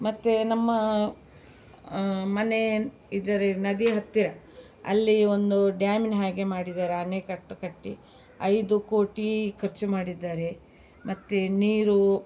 ಮತ್ತು ನಮ್ಮ ಮನೆ ಇದ್ದರೆ ನದಿ ಹತ್ತಿರ ಅಲ್ಲಿ ಒಂದು ಡ್ಯಾಮಿನ ಹಾಗೆ ಮಾಡಿದಾರೆ ಅಣೆಕಟ್ಟು ಕಟ್ಟಿ ಐದು ಕೋಟಿ ಖರ್ಚು ಮಾಡಿದ್ದಾರೆ ಮತ್ತು ನೀರು